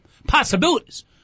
possibilities